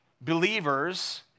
believers